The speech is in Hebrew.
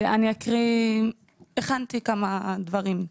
הכנתי כמה דברים.